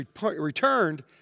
returned